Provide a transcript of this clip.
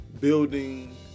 building